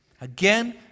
again